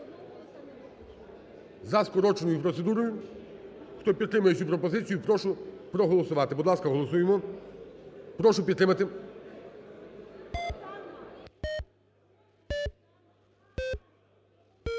за скороченою процедурою, хто підтримує цю пропозицію, прошу проголосувати. Будь ласка, голосуємо. Прошу підтримати. 10:37:21